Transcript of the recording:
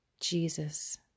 Jesus